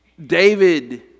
David